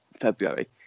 February